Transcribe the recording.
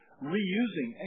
Reusing